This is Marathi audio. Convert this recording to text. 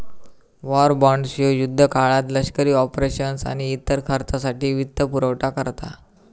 वॉर बॉण्ड्स ह्यो युद्धाच्या काळात लष्करी ऑपरेशन्स आणि इतर खर्चासाठी वित्तपुरवठा करता